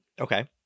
Okay